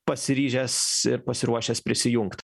pasiryžęs pasiruošęs prisijungt